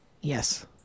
yes